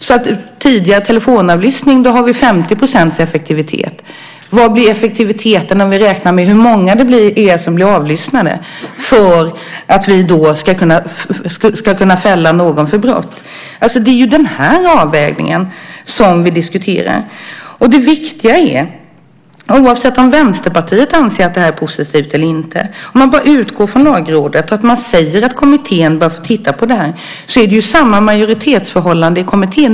I den tidigare telefonavlyssningen har vi alltså en effektivitet på 50 %. Vad blir effektiviteten om vi räknar på hur många som blir avlyssnade för att man ska kunna fälla någon för brott? Det är ju den avvägningen som vi diskuterar. Oavsett om Vänsterpartiet anser att detta är positivt eller inte säger Lagrådet att kommittén bör få titta på detta, och det är ju samma majoritetsförhållande i kommittén.